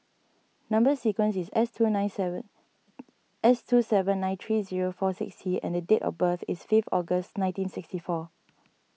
Number Sequence is S two an nine seven S two seven nine three zero four six T and date of birth is fifth August nineteen sixty four